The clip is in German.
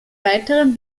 weiteren